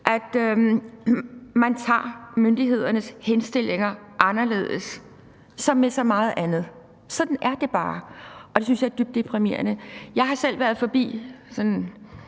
at man tager myndighedernes henstillinger anderledes, som med så meget andet. Sådan er det bare, og det synes jeg er dybt deprimerende. Jeg har selv været forbi – sådan